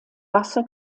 wasser